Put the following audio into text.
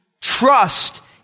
Trust